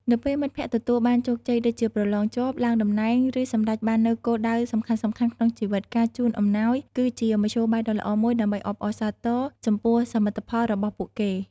នៅពេលមិត្តភក្តិទទួលបានជោគជ័យ ដូចជាប្រឡងជាប់ ឡើងតំណែង ឬសម្រេចបាននូវគោលដៅសំខាន់ៗក្នុងជីវិត ការជូនអំណោយគឺជាមធ្យោបាយដ៏ល្អមួយដើម្បីអបអរសាទរចំពោះសមិទ្ធផលរបស់ពួកគេ។